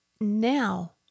Now